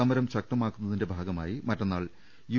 സമരം ശക്തമാക്കു ന്നതിന്റെ ഭാഗമായി മറ്റന്നാൾ യു